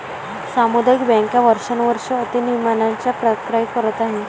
सामुदायिक बँका वर्षानुवर्षे अति नियमनाच्या तक्रारी करत आहेत